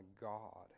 God